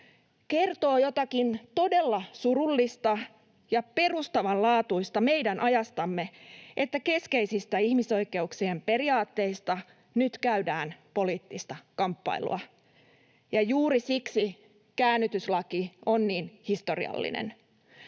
Kertoo jotakin todella surullista ja perustavanlaatuista meidän ajastamme, että keskeisistä ihmisoikeuksien periaatteista nyt käydään poliittista kamppailua, ja juuri siksi käännytyslaki on niin historiallinen.